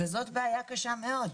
זאת בעיה קשה מאוד.